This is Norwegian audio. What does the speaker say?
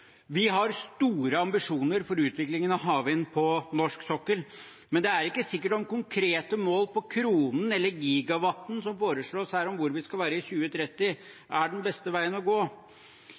Vi har store ambisjoner for utviklingen av havvind på norsk sokkel, men det er ikke sikkert at konkrete mål på kronen eller gigawatten, som foreslås her om hvor vi skal være i 2030, er den beste veien å gå.